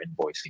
invoicing